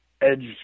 edge